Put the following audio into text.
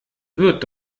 wird